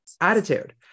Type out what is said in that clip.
attitude